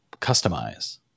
customize